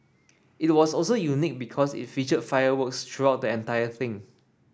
it was also unique because it featured fireworks throughout the entire thing